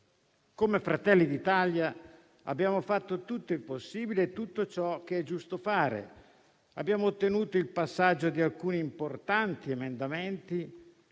Come Fratelli d'Italia abbiamo fatto tutto il possibile e tutto ciò che è giusto fare. Abbiamo ottenuto il passaggio di alcuni importanti emendamenti,